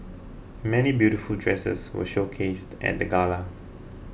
many beautiful dresses were showcased at the gala